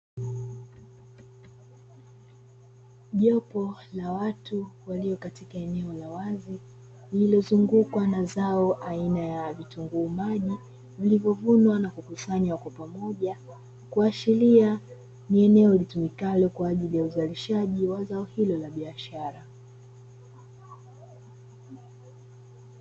Jopo la watu walio katika eneo la wazi, lililozungukwa na zao aina ya vitunguu maji vilivyovunwa na kukusanywa kwa pamoja. Kuashiria ni eneo litumikalo kwa ajili uzalishaji wa zao hilo la biashara.